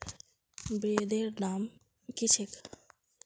ब्रेदेर दाम की छेक